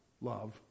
Love